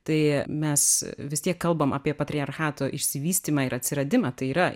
tai mes vis tiek kalbam apie patriarchato išsivystymą ir atsiradimą tai yra